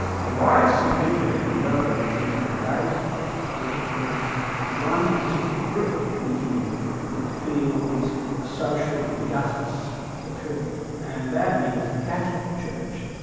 now why it's significant and relevant even to today's debate, is of course there's one particular group in the community that feels that social injustice has occurred and that is the catholic church,